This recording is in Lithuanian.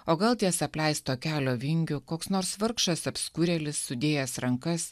o gal ties apleisto kelio vingiu koks nors vargšas apskurėlis sudėjęs rankas